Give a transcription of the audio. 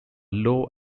low